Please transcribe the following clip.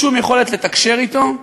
שום יכולת לתקשר אתו,